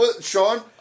Sean